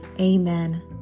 Amen